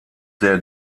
der